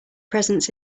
presence